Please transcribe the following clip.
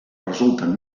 resulten